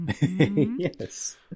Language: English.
yes